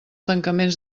tancaments